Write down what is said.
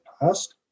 past